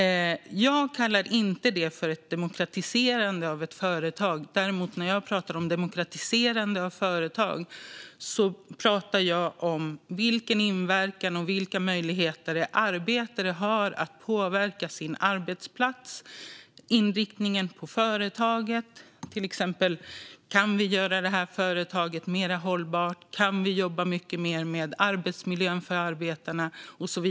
Jag kallar inte det för ett demokratiserande av ett företag. Däremot när jag tar upp demokratiserande av företag pratar jag om vilken inverkan och vilka möjligheter arbetare har att påverka sin arbetsplats och inriktningen för företaget. Kan företaget göras mer hållbart? Går det att göra mer för arbetsmiljön för arbetarna?